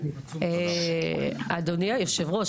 אדוני היו"ר,